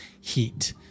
heat